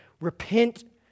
Repent